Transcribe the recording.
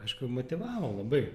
aišku motyvavo labai